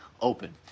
open